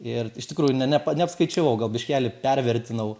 ir iš tikrųjų ne ne neapskaičiavau gal biškelį pervertinau